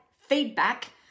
feedback